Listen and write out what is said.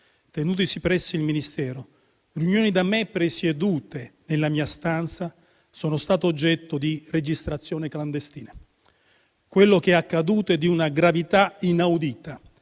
tenutesi presso il Ministero, da me presiedute nella mia stanza, sono state oggetto di registrazione clandestina. Quello che è accaduto è di una gravità inaudita,